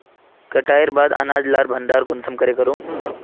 कटाईर बाद अनाज लार भण्डार कुंसम करे करूम?